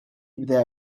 jibda